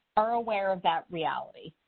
are aware of that reality.